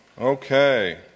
Okay